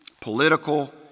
political